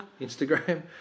Instagram